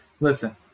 Listen